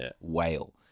whale